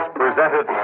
presented